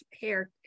hair